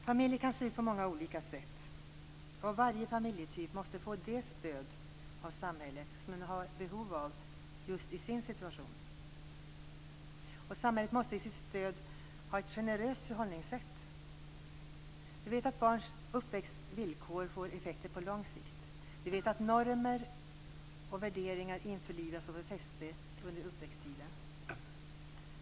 Familjer kan se ut på många sätt, och varje familjetyp måste få det stöd av samhället som den har behov av i just sin situation. Samhället måste i sitt stöd ha ett generöst förhållningssätt. Vi vet att barns uppväxtvillkor får effekter på lång sikt. Vi vet att normer och värderingar införlivas och får fäste under uppväxttiden.